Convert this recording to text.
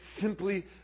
simply